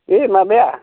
बे माबाया